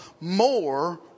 more